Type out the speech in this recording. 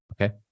Okay